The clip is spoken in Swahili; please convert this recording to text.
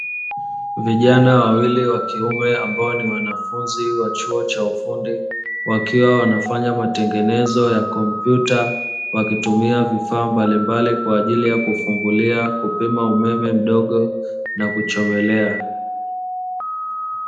Vijana wawili wa kiume ambao ni wanafunzi wa chuo cha ufundi, wakiwa wanafanya matengenezo ya kompyuta wakitumia vifaa mbalimbali kwa ajili ya kufungulia kupima umeme mdogo na kuchomelea.